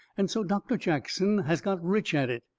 and so doctor jackson has got rich at it.